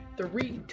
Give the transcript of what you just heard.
Three